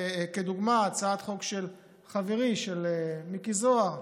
דוגמה אחרת: הצעת חוק של חברי, של מיקי זוהר,